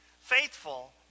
faithful